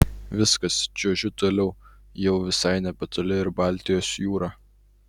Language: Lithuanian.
viskas čiuožiu toliau jau visai nebetoli ir baltijos jūra